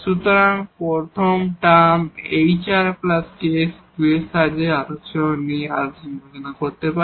সুতরাং প্রথম term hrks 2 এর সাহায্যে আচরণ নিয়ে আলোচনা করা হবে